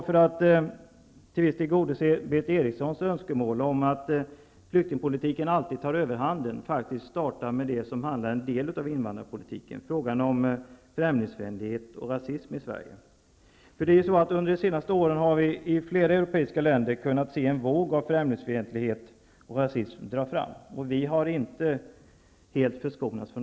För att till viss del tillmötesgå Berith Eriksson som säger att flyktingspolitiken alltid tar överhanden skall jag börja med en del av invandrarpolitiken -- frågan om främlingsfientlighet och rasism i Sverige. Under det senaste året har vi i flera europeiska länder kunnat se en våg av främlingsfientlighet och rasism dra fram. Inte heller vårt land har förskonats.